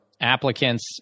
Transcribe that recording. applicants